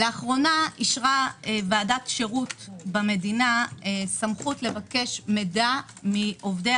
לאחרונה אישרה ועדת שירות במדינה סמכות לבקש מידע מעובדי